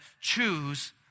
choose